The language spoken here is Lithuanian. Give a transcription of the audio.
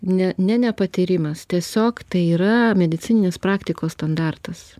ne ne nepatyrimas tiesiog tai yra medicininės praktikos standartas